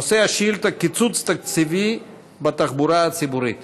נושא השאילתה: קיצוץ תקציבי בתחבורה הציבורית.